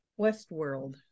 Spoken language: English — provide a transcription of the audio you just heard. Westworld